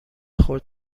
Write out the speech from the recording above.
خود